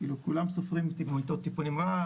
כאילו כולם סופרים מיטות טיפול נמרץ,